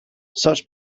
such